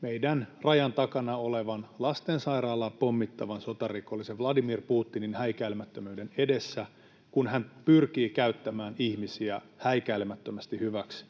meidän rajamme takana olevan, lastensairaalaa pommittavan sotarikollisen, Vladimir Putinin, häikäilemättömyyden edessä, kun hän pyrkii käyttämään ihmisiä häikäilemättömästi hyväksi